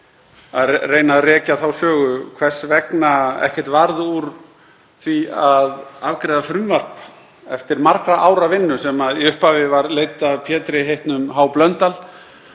að reyna að rekja þá sögu hvers vegna ekkert varð úr því að afgreiða frumvarp eftir margra ára vinnu sem í upphafi var leidd af Pétri heitnum Blöndal.